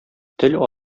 тел